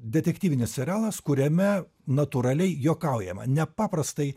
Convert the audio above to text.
detektyvinis serialas kuriame natūraliai juokaujama nepaprastai